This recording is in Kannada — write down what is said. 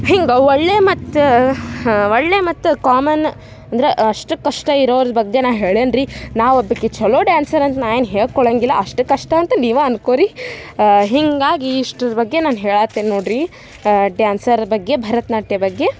ಹಿಂಗೆ ಒಳ್ಳೆಯ ಮತ್ತು ಒಳ್ಳೆಯ ಮತ್ತು ಕಾಮನ್ ಅಂದ್ರೆ ಅಷ್ಟಕ್ಕಷ್ಟೇ ಇರೋವ್ರ್ದು ಬಗ್ಗೆ ನಾ ಹೇಳೇನಿ ರಿ ನಾ ಒಬ್ಬಾಕಿ ಛಲೊ ಡ್ಯಾನ್ಸರ್ ಅಂತ ನಾ ಏನೂ ಹೇಳ್ಕೊಳ್ಳಂಗಿಲ್ಲ ಅಷ್ಟಕ್ಕಷ್ಟೇ ಅಂತ ನೀವು ಅಂದ್ಕೊ ರೀ ಹೀಗಾಗಿ ಇಷ್ಟರ ಬಗ್ಗೆ ನಾನು ಹೇಳಾತ್ತೇನೆ ನೋಡಿರಿ ಡ್ಯಾನ್ಸರ್ ಬಗ್ಗೆ ಭರತನಾಟ್ಯ ಬಗ್ಗೆ